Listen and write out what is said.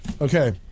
Okay